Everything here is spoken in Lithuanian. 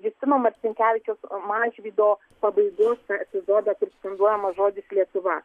justino marcinkevičiaus mažvydo pabaigos tą epizodą kur skanduojamas žodis lietuva